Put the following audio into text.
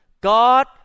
God